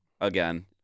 again